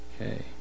Okay